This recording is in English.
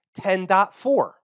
10.4